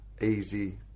easy